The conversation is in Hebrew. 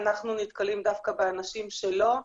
אנחנו נתקלים דווקא באנשים שלא.